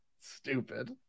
Stupid